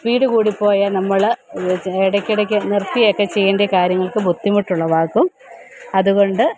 speed കൂടിപ്പോയാൽ നമ്മൾ ഇടയ്ക്കിടയ്ക്ക് നിർത്തിയൊക്കെ ചെയ്യേണ്ട കാര്യങ്ങൾക്ക് ബുദ്ധിമുട്ടുളവാക്കും അതുകൊണ്ട്